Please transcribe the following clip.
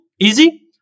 easy